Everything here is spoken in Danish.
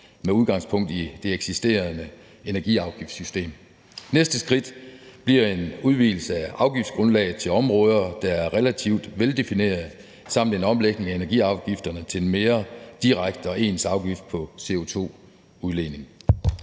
med udgangspunkt i det eksisterende energiafgiftssystem. Næste skridt bliver en udvidelse af afgiftsgrundlaget til områder, der er relativt veldefinerede, samt en omlægning af energiafgifterne til den mere direkte og ens afgift på CO2-udledning.